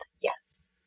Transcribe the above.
Yes